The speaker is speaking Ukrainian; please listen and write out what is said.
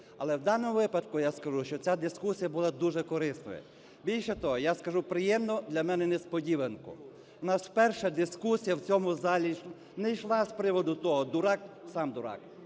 Але в даному випадку я скажу, що ця дискусія була дуже корисною. Більше того, я скажу приємну для мене несподіванку. У нас вперше дискусія в цьому залі не йшла з приводу того, "дурак - сам дурак",